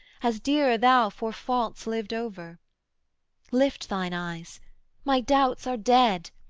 as dearer thou for faults lived over lift thine eyes my doubts are dead,